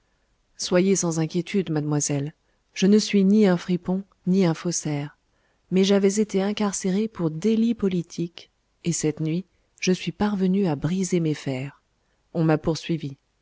soyez sans inquiétude mademoiselle je ne suis ni un fripon ni un faussaire mais j'avais été incarcéré pour délit politique et cette nuit je suis parvenu à briser mes fers on m'a poursuivi